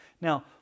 Now